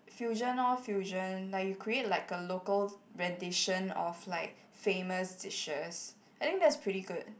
fusion lor fusion like you create like a local rendition of like famous dishes I think that's pretty good